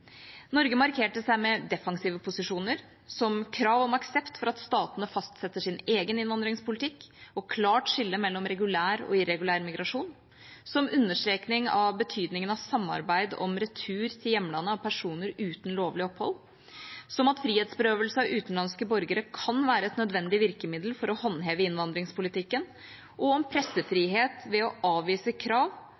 Norge markerte seg med defensive posisjoner, som krav om aksept for at statene fastsetter sin egen innvandringspolitikk, et klart skille mellom regulær og irregulær migrasjon, understreking av betydningen av samarbeid om retur til hjemlandet av personer uten lovlig opphold, at frihetsberøvelse av utenlandske borgere kan være et nødvendig virkemiddel for å håndheve innvandringspolitikken, om pressefrihet og ved å avvise krav om